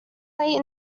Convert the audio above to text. wait